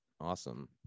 Awesome